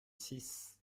six